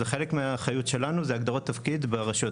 חלק מהאחריות שלנו זה הגדרות תפקיד ברשויות